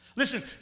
Listen